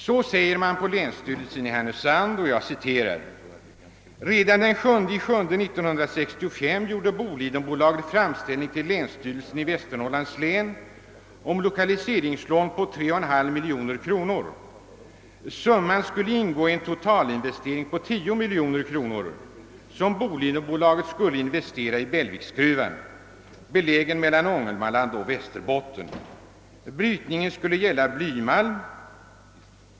Så här säger länsstyrelsen i Härnösand: »Redan den 7/7 1965 gjorde Bolidenbolaget framställning till länsstyrelsen i Västernorrlands län om lokaliseringslån på 3,5 milj.kr. Summan skulle ingå i en totalinvestering om 10 milj.kr., som Bolidenbolaget skulle investera i Bellviksgruvan, belägen mellan Ångermanland och Västerbotten. Brytningen skulle gälla blymalm.